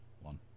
one